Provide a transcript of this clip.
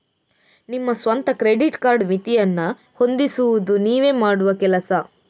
ನಿಮ್ಮ ಸ್ವಂತ credit card ಮಿತಿಯನ್ನ ಹೊಂದಿಸುದು ನೀವೇ ಮಾಡುವ ಕೆಲಸ